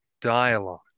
dialogue